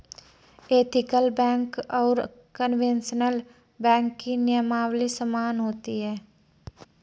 ethical bank और conventional bank की नियमावली समान होती है